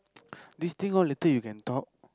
this thing all later you can talk